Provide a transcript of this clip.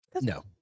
No